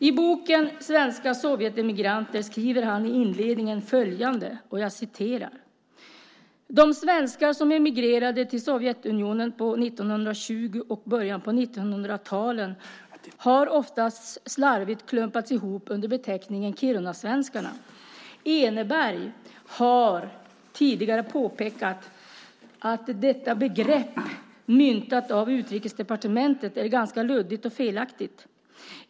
I boken Svenska sovjetemigranter skriver han i inledningen följande: "De svenskar som emigrerade till Sovjetunionen på 1920 och början på 1930-talen har oftast slarvigt klumpats ihop under beteckningen 'Kirunasvenskarna'. Eneberg har tidigare påpekat att detta begrepp, myntat av Utrikesdepartementet, är ganska luddigt och felaktigt.